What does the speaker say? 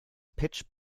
pitch